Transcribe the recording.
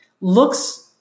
looks